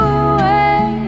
away